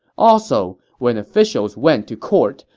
also, when officials went to court,